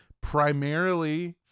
primarily